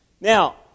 Now